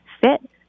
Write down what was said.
fit